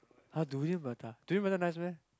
!huh! durian prata durian prata nice meh